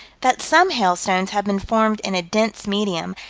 that some hailstones have been formed in a dense medium,